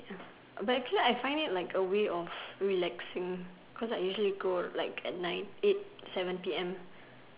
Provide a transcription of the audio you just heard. ya but actually I find it like a way of relaxing cause I usually go like at night like eight seven P M